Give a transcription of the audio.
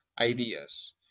ideas